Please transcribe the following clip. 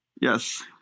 Yes